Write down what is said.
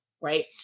Right